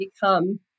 become